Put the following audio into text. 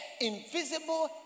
invisible